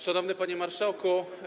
Szanowny Panie Marszałku!